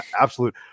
absolute